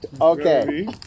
Okay